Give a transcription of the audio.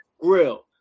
grill